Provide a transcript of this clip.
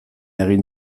egin